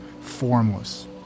formless